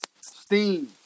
steam